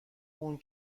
اون